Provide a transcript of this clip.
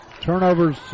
Turnovers